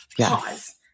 Pause